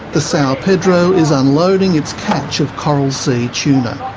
the sao pedro is unloading its catch of coral sea tuna.